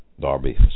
Darby